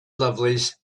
lovelace